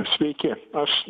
sveiki aš